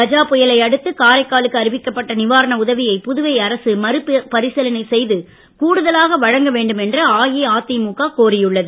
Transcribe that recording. கஜா புயலையடுத்து காரைக்காலுக்கு அறிவிக்கப்பட்ட நீவாரண உதவியை புதுவை அரசு மறுபரிசிலனை செய்து கூடுதலாக வழங்க வேண்டும் என்று அஇஅதிமுக கோரியுள்ளது